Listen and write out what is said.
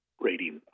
rating